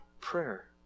prayer